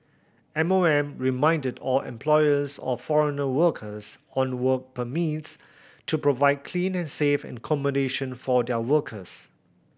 M O M reminded all employers of foreign workers on work permits to provide clean and safe accommodation for their workers